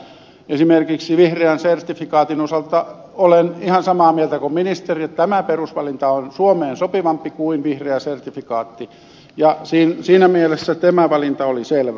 esimerkiksi vihreän sertifikaatin osalta olen ihan samaa mieltä kuin ministeri että tämä perusvalinta on suomeen sopivampi kuin vihreä sertifikaatti ja siinä mielessä tämä valinta oli selvä